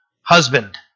Husband